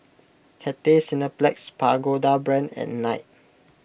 Cathay Cineplex Pagoda Brand and Knight